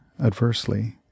adversely